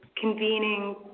convening